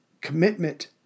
commitment